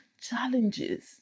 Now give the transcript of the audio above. challenges